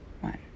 one